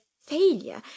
failure